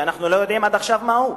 שאנחנו לא יודעים עד עכשיו מהו.